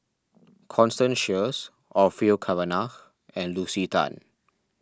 Constance Sheares Orfeur Cavenagh and Lucy Tan